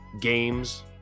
games